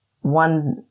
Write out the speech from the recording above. one